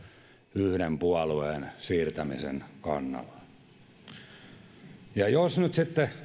yhden puolueen siirtämisen kannalla mutta jos nyt sitten